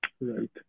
Right